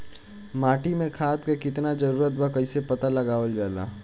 माटी मे खाद के कितना जरूरत बा कइसे पता लगावल जाला?